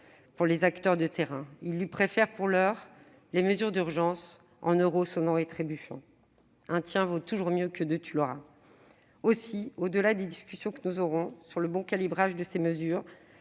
pour les acteurs de terrain. Ils lui préfèrent, pour l'heure, les mesures d'urgence en euros sonnants et trébuchants : un tiens vaut toujours mieux que deux tu l'auras ! Aussi, au-delà des discussions que nous aurons sur le bon calibrage de ces mesures,